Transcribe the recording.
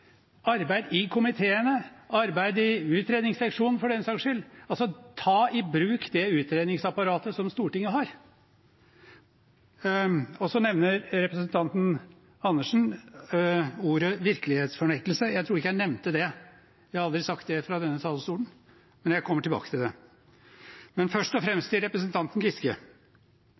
arbeid i komiteene, arbeid i utredningsseksjonen, for den saks skyld, altså å ta i bruk det utredningsapparatet Stortinget har. Så nevner representanten Andersen ordet «virkelighetsfornektelse». Jeg tror ikke jeg nevnte det, jeg har aldri sagt det fra denne talerstolen, men jeg kommer tilbake til det. Men først og fremst til representanten Giske: